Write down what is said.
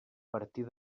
partir